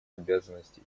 обязанности